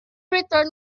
returned